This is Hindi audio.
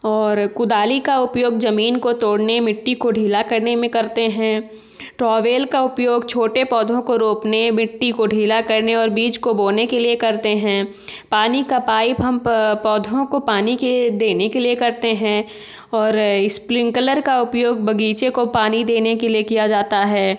और कुदाली का उपयोग जमीन को तोड़ने मिट्टी को ढीला करने में करते हैं ट्रोवेल का उपयोग छोटे पौधों को रोपने मिट्टी को ढीला करने और बीज को बोने के लिए करते हैं पानी का पाइप हम पौधों को पानी के देने के लिए करते हैं और इस्प्रिंकलर का उपयोग बगीचे को पानी देने के लिए किया जाता है